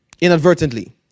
Inadvertently